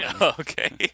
Okay